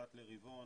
אחת לרבעון,